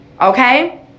okay